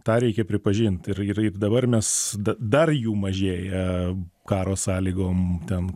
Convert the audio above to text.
tą reikia pripažint ir ir ir dabar mes dar jų mažėja karo sąlygom ten